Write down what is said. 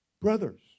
brothers